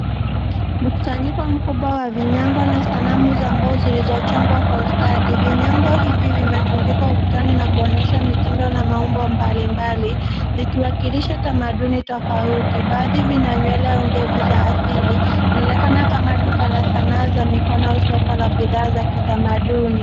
Mkusanyiko mkubwa wa vinyago na sanamu za mbao zilizochongwa kwa ustadi. Vinyago hivi vimetundikwa ukutani na kuonyesha mitindo na maumbo mbalimbali vikiwakilisha tamaduni tofauti, baadhi vina nywele au ndevu za asili. Inaonekana kama duka la sanaa za mikono, soko la bidhaa za kitamaduni.